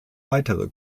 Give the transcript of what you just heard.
weitere